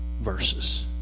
verses